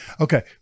Okay